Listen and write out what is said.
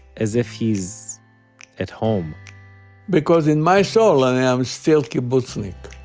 as if he's at home because in my soul i am still kibbutznik